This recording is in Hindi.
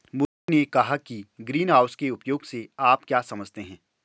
मुरली ने कहा कि ग्रीनहाउस के उपयोग से आप क्या समझते हैं?